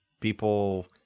people